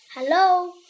Hello